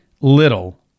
little